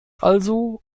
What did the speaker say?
also